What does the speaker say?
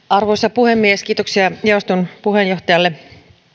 arvoisa puhemies kiitoksia jaoston puheenjohtajalle